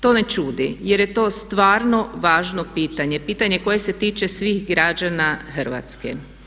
To ne čudi jer je to stvarno važno pitanje, pitanje koje se tiče svih građana Hrvatske.